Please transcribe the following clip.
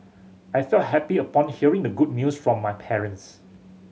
I felt happy upon hearing the good news from my parents